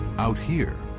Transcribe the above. out here,